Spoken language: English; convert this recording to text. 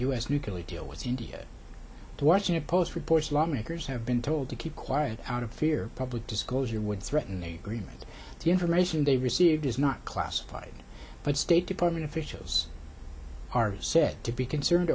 s nuclear deal with india the washington post reports lawmakers have been told to keep quiet out of fear public disclosure would threaten the remains of the information they've received is not classified but state department officials are said to be concerned